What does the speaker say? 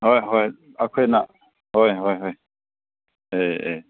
ꯍꯣꯏ ꯍꯣꯏ ꯑꯩꯈꯣꯏꯅ ꯍꯣꯏ ꯍꯣꯏ ꯍꯣꯏ ꯑꯦ ꯑꯦ